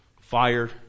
Fire